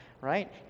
right